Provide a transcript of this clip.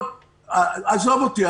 עזוב אותי.